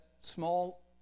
small